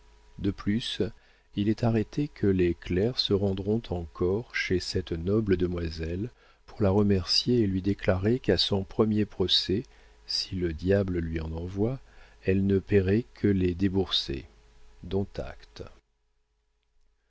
de plus il est arrêté que les clercs se rendront en corps chez cette noble demoiselle pour la remercier et lui déclarer qu'à son premier procès si le diable lui en envoye elle ne paierait que les déboursés dont